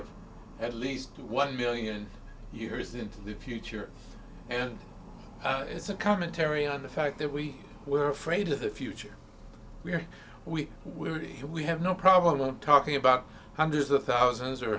of at least one million years into the future and it's a commentary on the fact that we were afraid of the future we're we will be we have no problem talking about hundreds of thousands or